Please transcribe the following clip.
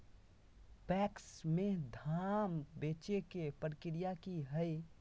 PACS में धाम बेचे के प्रक्रिया की हय?